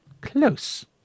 Close